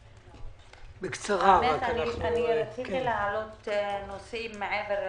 אני רציתי להעלות נושאים מעבר.